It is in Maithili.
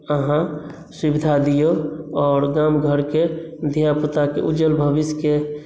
आहाँ सुविधा दियौ आओर गाम घरके धियापुताके उज्ज्वल भविष्यके